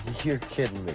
you're kidding